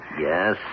Yes